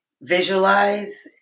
visualize